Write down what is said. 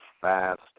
fast